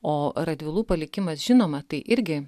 o radvilų palikimas žinoma tai irgi